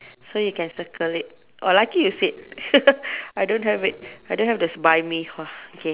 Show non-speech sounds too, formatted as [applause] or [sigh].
so you can circle it oh lucky you said [laughs] I don't have it I don't have the s~ buy me okay